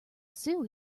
sue